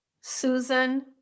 Susan